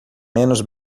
menos